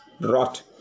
brought